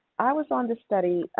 i was on the study